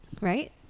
right